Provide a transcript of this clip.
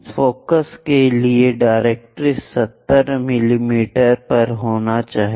focus के लिए directrix 70 मिमी पर होना चाहिए